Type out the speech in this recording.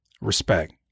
Respect